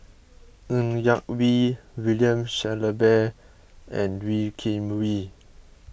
Ng Yak Whee William Shellabear and Wee Kim Wee